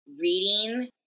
reading